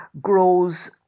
grows